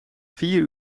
vier